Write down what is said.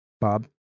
bob